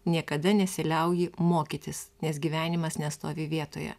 niekada nesiliauji mokytis nes gyvenimas nestovi vietoje